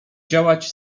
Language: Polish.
działać